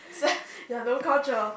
ya no culture